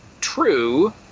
true